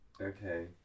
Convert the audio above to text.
okay